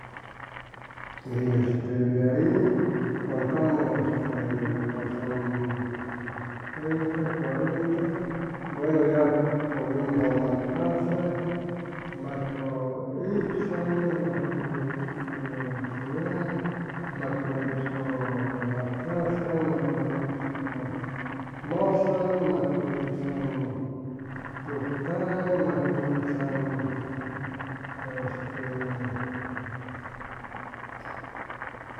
Este de ahi contamos son treinta, cuarenta. bueno ya ponemos mactazaŋ, macʉibzaŋ. macʉibzcʉtugaaŋ, macʉibzcʉmactazaŋ, macʉibzcʉmʉzaŋ, macʉibzaŋtujtaaŋ, macʉibzaŋ este